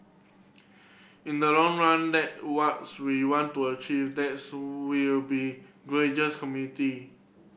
in the long run that what's we want to achieve that's will be gracious community